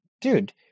dude